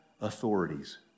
authorities